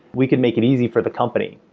we can make it easy for the company.